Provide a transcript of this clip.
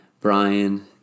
Brian